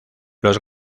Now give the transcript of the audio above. los